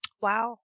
Wow